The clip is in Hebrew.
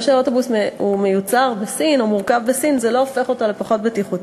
זה שאוטובוס מיוצר בסין לא הופך אותו לפחות בטיחותי,